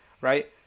right